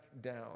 down